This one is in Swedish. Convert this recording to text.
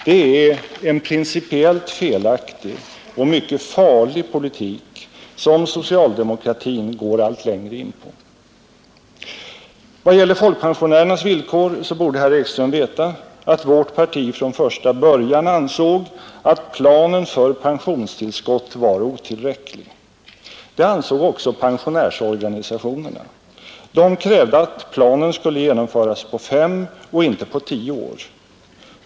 Detta är en principiellt felaktig och mycket farlig linje, som socialdemokratin går allt längre in på. Vad gäller folkpensionärernas villkor borde herr Ekström veta att vårt parti från första början ansåg att planen för pensionstillskott var otillräcklig. Det ansåg också pensionärsorganisationerna. De krävde att planen skulle genomföras på fem och inte på tio år.